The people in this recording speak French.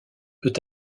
peut